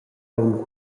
aunc